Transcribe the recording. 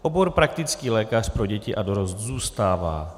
Obor praktický lékař pro děti a dorost zůstává.